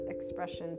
expression